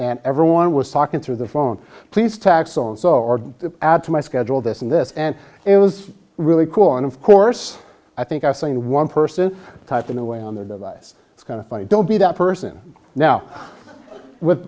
and everyone was talking through the phone please tax on so add to my schedule this and this and it was really cool and of course i think i've seen one person typing away on their device it's kind of funny don't be that person now with